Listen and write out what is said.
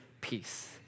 peace